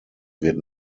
wird